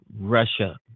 Russia